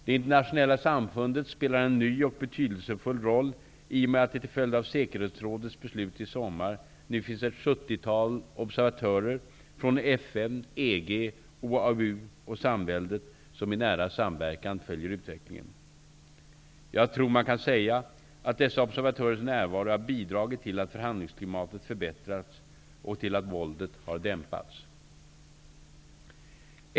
Det internationella samfundet spelar en ny och betydelsefull roll i och med att det till följd av säkerhetsrådets beslut i somras nu finns ett 70-tal observatörer från FN, EG, OAU och Samväldet som i nära samverkan följer utvecklingen. Jag tror man kan säga att dessa observatörers närvaro har bidragit till att förhandlingsklimatet förbättrats och till att våldet har dämpats.